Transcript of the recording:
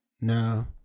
No